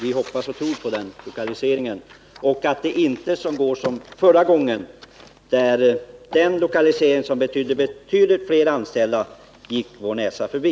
Vi hoppas väldigt mycket på denna lokalisering och räknar med att det inte skall gå som förra gången, då en lokalisering som innebar betydligt fler arbetstillfällen gick vår näsa förbi.